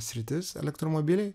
sritis elektromobiliai